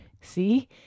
See